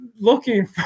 looking